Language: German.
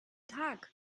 tag